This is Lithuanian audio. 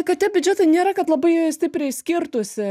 kad tie biudžetai nėra kad labai stipriai skirtųsi